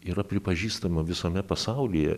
yra pripažįstama visame pasaulyje